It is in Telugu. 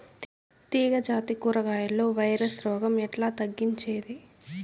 తీగ జాతి కూరగాయల్లో వైరస్ రోగం ఎట్లా తగ్గించేది?